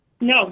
No